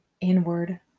inward